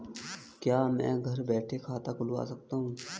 क्या मैं घर बैठे खाता खुलवा सकता हूँ?